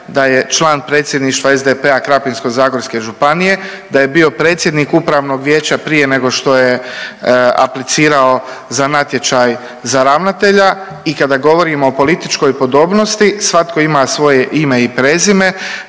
da je član Predsjedništva SDP-a Krapinsko-zagorske županije, da je bio predsjednik upravnog vijeća prije nego što je aplicirao za natječaj za ravnatelja i kada govorimo o političkoj podobnosti svatko ima svoje ime i prezime,